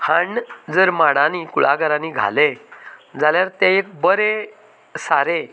हाडून जर माडांनी कुळागरांनीं घालें जाल्यार तें एक बरें सारें